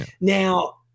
Now